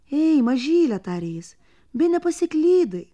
ei mažyle tarė jis bene pasiklydai